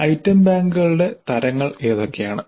item ബാങ്കുകളുടെ തരങ്ങൾ ഏതൊക്കെയാണ്